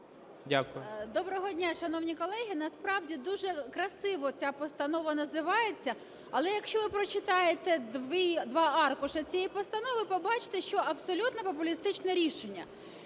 Доброго дня, шановні колеги. Насправді дуже красиво ця постанова називається, але якщо ви прочитаєте два аркуші цієї постанови, побачите, що абсолютно популістичне рішення.